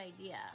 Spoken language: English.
idea